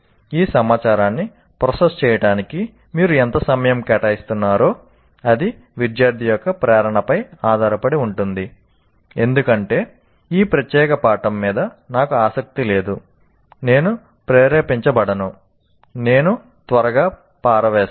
ఆ సమాచారాన్ని ప్రాసెస్ చేయడానికి మీరు ఎంత సమయం కేటాయిస్తున్నారో అది విద్యార్థి యొక్క ప్రేరణపై ఆధారపడి ఉంటుంది ఎందుకంటే ఆ ప్రత్యేక పాఠం మీద నాకు ఆసక్తి లేదు నేను ప్రేరేపించడను నేను త్వరగా పారవేస్తాను